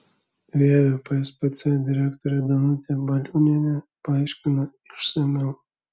vievio pspc direktorė danutė baliūnienė paaiškino išsamiau